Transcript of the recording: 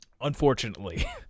Unfortunately